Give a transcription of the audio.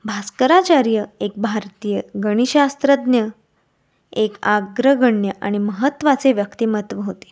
भास्कराचार्य एक भारतीय गणिशास्त्रज्ञ एक अग्रगण्य आणि महत्त्वाचे व्यक्तिमत्त्व होते